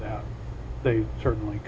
that they certainly